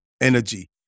energy